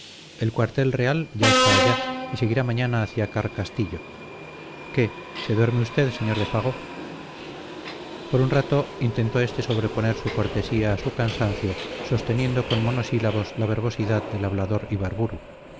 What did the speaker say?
el cuartel real ya está allá y seguirá mañana hacia carcastillo qué se duerme usted sr de fago por un rato intentó éste sobreponer su cortesía a su cansancio sosteniendo con monosílabos la verbosidad del hablador ibarburu